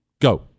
Go